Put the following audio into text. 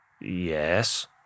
Yes